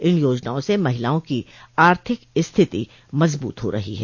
इन योजनाओं से महिलाओं की आर्थिक स्थिति मजबूत हो रही है